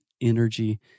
energy